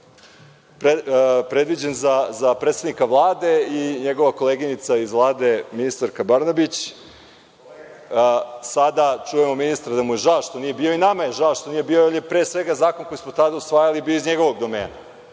predviđen za predstavnika Vlade i njegova koleginica iz Vlade, ministarka Brnabić. Sada čujemo ministra da mu je žao što nije bio i nama je žao što nije bio, jer je, pre svega, zakon koji smo tada usvajali bio iz njegovog domena,